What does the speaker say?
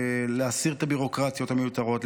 להסיר את הביורוקרטיות המיותרות,